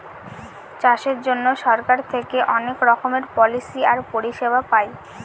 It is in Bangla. চাষের জন্য সরকার থেকে অনেক রকমের পলিসি আর পরিষেবা পায়